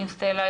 יש לי עם סטלה,